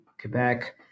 Quebec